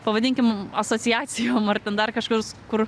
pavadinkim asociacijom ar ten dar kažkios kur